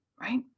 Right